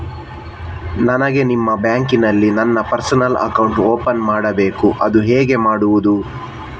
ನನಗೆ ನಿಮ್ಮ ಬ್ಯಾಂಕಿನಲ್ಲಿ ನನ್ನ ಪರ್ಸನಲ್ ಅಕೌಂಟ್ ಓಪನ್ ಮಾಡಬೇಕು ಅದು ಹೇಗೆ ಮಾಡುವುದು?